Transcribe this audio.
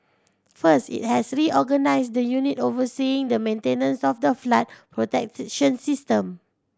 first it has reorganised the unit overseeing the maintenance of the flood system